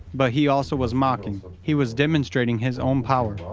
but he also was mocking, he was demonstrating his own power,